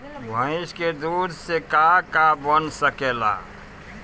भइस के दूध से का का बन सकेला?